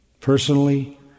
personally